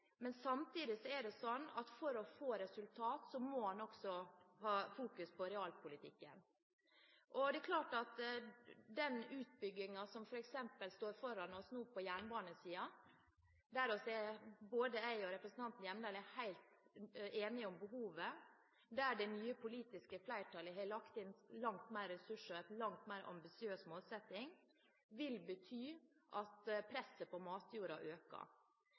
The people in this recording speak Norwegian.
men samtidig er det slik at for å få resultater må en også fokusere på realpolitikken. Det er klart at den utbyggingen som f.eks. står foran oss nå på jernbanesiden – som både jeg og representanten Hjemdal er helt enige om behovet for, og der det nye politiske flertallet har lagt inn langt mer ressurser og har en langt mer ambisiøs målsetting – vil bety at presset på matjorda øker.